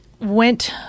went